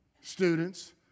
Students